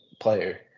player